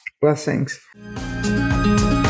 Blessings